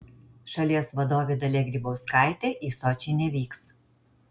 šalies vadovė dalia grybauskaitė į sočį nevyks